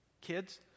kids